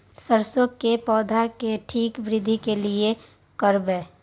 सरसो के पौधा के ठीक वृद्धि के लिये की करबै?